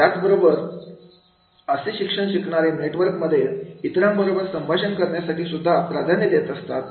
याच बरोबर असे शिकणारे नेटवर्कमध्ये इतरांबरोबर संभाषण करण्यासाठीसुद्धा प्राधान्य देत असतात